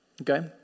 Okay